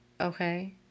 Okay